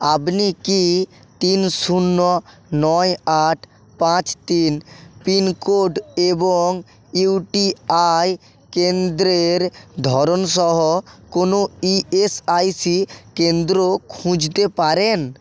আপনি কি তিন শূন্য নয় আট পাঁচ তিন পিনকোড এবং ইউটিআই কেন্দ্রের ধরনসহ কোনো ইএসআইসি কেন্দ্র খুঁজতে পারেন